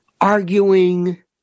arguing